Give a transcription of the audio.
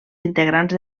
integrants